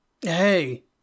Hey